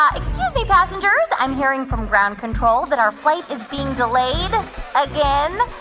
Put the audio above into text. um excuse me, passengers. i'm hearing from ground control that our flight is being delayed again.